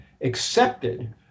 accepted